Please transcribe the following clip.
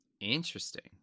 Interesting